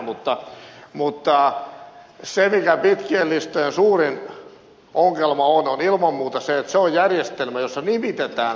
mutta se mikä pitkien listojen suurin ongelma on on ilman muuta se että se on järjestelmä jossa kansanedustajaksi nimitetään